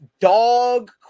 dog